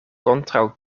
kontraŭ